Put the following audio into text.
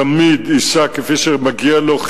תמיד ייסע כפי שמגיע לו,